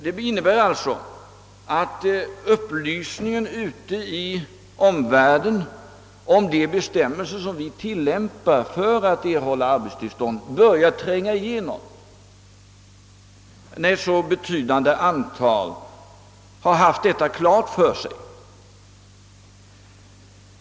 Det visar att kännedomen ute i omvärlden om de bestämmelser som vi tillämpar för att någon skall erhålla arbetstillstånd börjar tränga igenom, när ett så betydande antal har haft detta klart för sig.